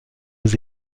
aux